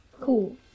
Cool